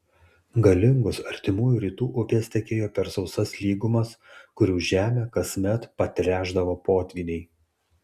galingos artimųjų rytų upės tekėjo per sausas lygumas kurių žemę kasmet patręšdavo potvyniai